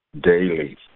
daily